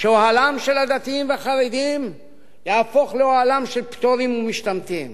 שאוהלם של הדתיים והחרדים יהפוך לאוהלם של פטורים ומשתמטים.